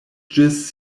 ĝis